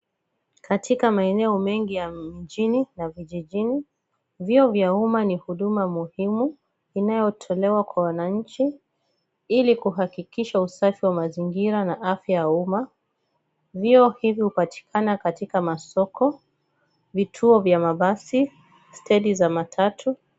Katika maeneo mengi ya mjini na vijijini, vyoo vya umma ni huduma muhimu inayotolewa kwa wananchi, ili kuhakikisha usafi wa mazingira na afya ya umma. Vyoo hivi hupatikana katika masoko, vituo vya mabasi, steji za matatu.